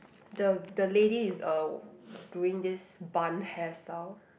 the the lady is uh doing this bun hairstyle